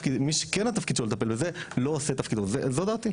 שכן התפקיד שלו לטפל בזה לא עושה תפקיד זו דעתי.